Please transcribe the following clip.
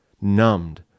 numbed